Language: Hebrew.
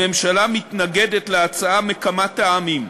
הממשלה מתנגדת להצעה מכמה טעמים.